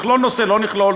נכלול נושא או לא נכלול,